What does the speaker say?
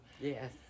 Yes